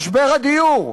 משבר הדיור,